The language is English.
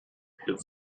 had